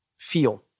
feel